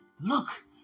look